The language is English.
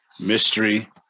mystery